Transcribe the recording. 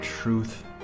truth